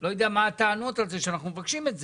לא יודע מה הטענות על זה שאנחנו מבקשים את זה.